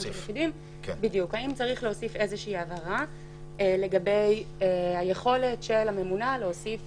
האם צריך להוסיף איזו הבהרה לגבי היכולת של הממונה להוסיף